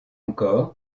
encore